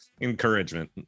encouragement